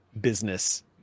business